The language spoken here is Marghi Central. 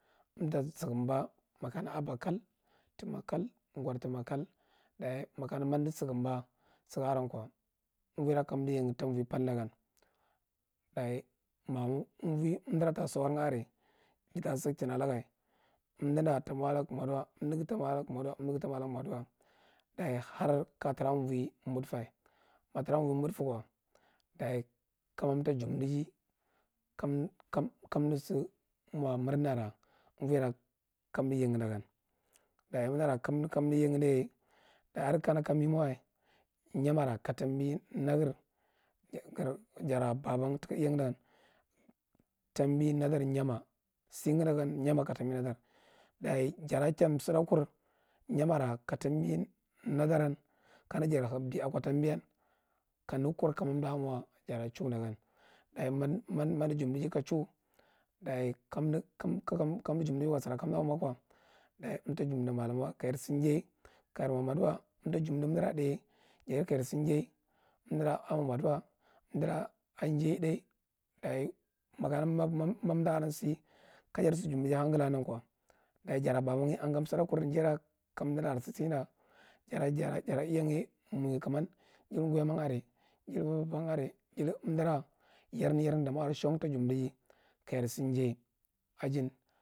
Umta sugumba makaru aba kal, tamakal, geri tumakal, daye makana madi sikumba sigaram ko, umvogra kamdi yegha talvoy parth dagan daye ma voy umdu tasi sourya are jata sichan ala ga umdi da umdu tamo dagu maduwa umdighi tamo dagha maduwa daye har ka tra a voy modfe ma tra voy modka ko day kama umta jundige ka kamdisir amomurna rar umvoyra ka- kamdi yayedagan daye nera kandi yaye danye adi kana me ma wa, thyama ra ka tambi nagres jara babn tika iyan dan tambi madar lthyama sigu da yan tambi viadar lthyama daye jara chan suddakur lthyawa ra ka tambi nadaran kama jar hepdu aka tambi kane kur kama umda mo jara chow da gam daye ma umdu iumdiye ka chuwo ka kumdi ka umdige sira kanda moko daye umta jumdi mallumwa kafarsi jay ka jar mo maduwa umtara jundi umdare thathye ka jar si jay umdulaka amo maduwa umdudaka ayey thathy daye makana rnian da aran si ka jar si jumdiye hanglaka danko daye jaran babanye aga sudda kur jayera ka umdi da are sida ɗaye jara iyanye mowighu kumman jiri nguyaman are jiri vom are jiri umdu ra yarga aran shon ta jumdige ka jar sijay ajin.